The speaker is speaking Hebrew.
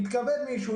יתכבד מישהו,